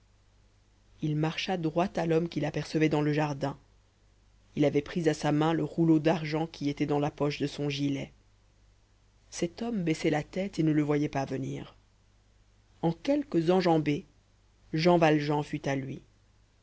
il marcha droit à l'homme qu'il apercevait dans le jardin il avait pris à sa main le rouleau d'argent qui était dans la poche de son gilet cet homme baissait la tête et ne le voyait pas venir en quelques enjambées jean valjean fut à lui